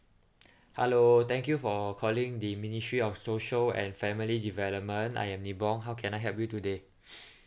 hello thank you for calling the ministry of social and family development I am nibong how can I help you today